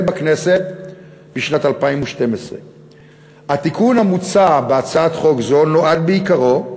בכנסת בשנת 2012. התיקון המוצע בהצעת חוק זו נועד בעיקרו,